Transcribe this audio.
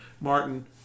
Martin